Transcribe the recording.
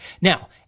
Now